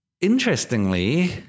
interestingly